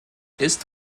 ist